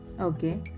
Okay